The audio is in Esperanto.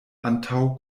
antaŭ